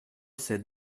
sed